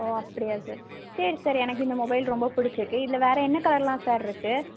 ஓ அப்படியா சார் சரி சார் எனக்கு இந்த மொபைல் ரொம்ப பிடிச்சுருக்கு இதில் வேறு என்ன கலர் எல்லாம் சார் இருக்கு